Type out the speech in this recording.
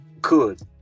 good